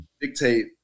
dictate